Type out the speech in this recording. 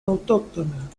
autóctona